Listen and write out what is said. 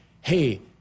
hey